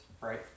right